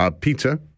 pizza